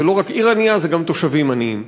זו לא רק עיר ענייה, אלה גם התושבים עניים.